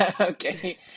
Okay